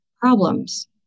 problems